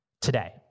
today